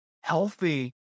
Healthy